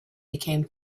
became